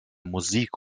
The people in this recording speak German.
musik